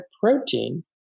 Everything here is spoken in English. protein